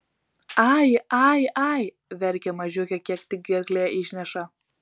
ai ai ai verkia mažiukė kiek tik gerklė išneša